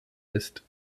ist